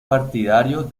partidario